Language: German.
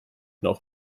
noch